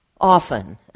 often